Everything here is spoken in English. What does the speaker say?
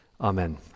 Amen